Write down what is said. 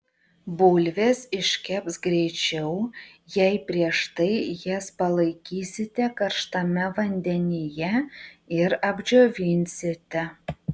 bulvės iškeps greičiau jei prieš tai jas palaikysite karštame vandenyje ir apdžiovinsite